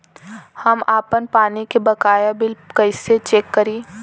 हम आपन पानी के बकाया बिल कईसे चेक करी?